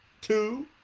two